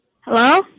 hello